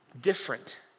different